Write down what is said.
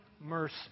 mercy